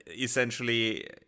essentially